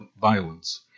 violence